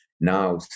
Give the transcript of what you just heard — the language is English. now